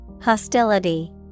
Hostility